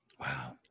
Wow